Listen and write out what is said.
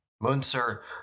Munzer